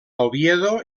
oviedo